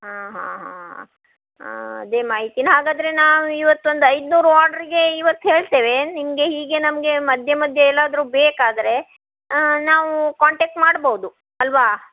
ಆಂ ಹಾಂ ಹಾಂ ಹಾಂ ಅದೇ ಮಾಹಿತೀನ ಹಾಗಾದರೆ ನಾವು ಇವತ್ತೊಂದು ಐನೂರು ಆರ್ಡ್ರಿಗೆ ಇವತ್ತು ಹೇಳ್ತೇವೆ ನಿಮಗೆ ಹೀಗೆ ನಮಗೆ ಮಧ್ಯೆ ಮಧ್ಯೆ ಎಲ್ಲಾದರು ಬೇಕಾದರೆ ನಾವು ಕಾಂಟ್ಯಾಕ್ಟ್ ಮಾಡ್ಬೌದು ಅಲ್ಲವಾ